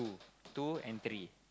two and three